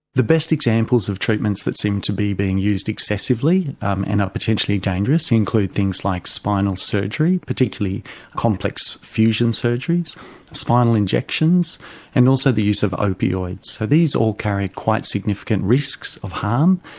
the best examples of treatments that seem to be being used excessively um and are potentially dangerous include things like spinal surgery, particularly complex fusion surgeries spinal injections and also the use of opioids. so these all carried quite significant risks of harm.